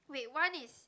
wait one is